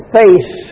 face